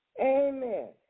Amen